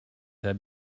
have